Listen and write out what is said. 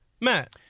matt